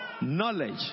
knowledge